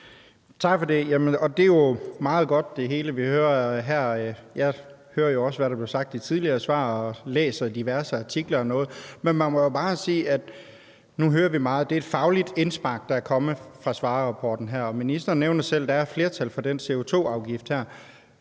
er jo meget godt. Jeg hører jo også, hvad der er blevet sagt i tidligere svar, og jeg læser diverse artikler osv. Man må jo bare sige, at nu hører vi meget, at det er faglige indspark, der er kommet fra Svarerrapporten her, og ministeren nævner selv, at der er flertal for den CO2-afgift her,